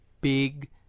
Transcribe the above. big